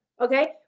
okay